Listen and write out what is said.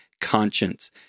conscience